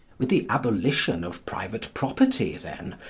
with the abolition of private property, then,